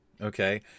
Okay